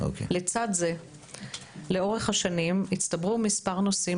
לצד זה לאורך השנים הצטברו מספר נושאים